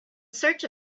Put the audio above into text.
search